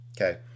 okay